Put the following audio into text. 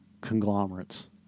conglomerates